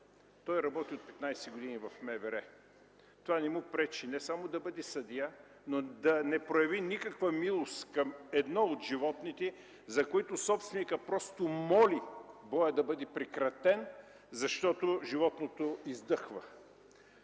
Той работи от 15 години в МВР. Това не му пречи не само да бъде съдия, но да не прояви никаква милост към едно от животните, за които собственикът просто моли боят да бъде прекратен, защото животното издъхва.